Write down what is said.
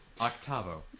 Octavo